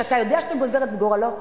כשאתה יודע שאתה גוזר את גורלו?